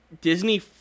Disney